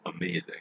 amazing